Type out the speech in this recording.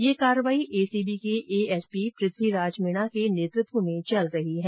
यह कार्रवाई एसीबी के एएसपी प्रथ्वी राज मीणा के नेतृत्व में चल रही है